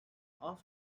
off